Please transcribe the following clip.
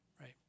right